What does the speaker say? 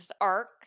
arc